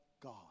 God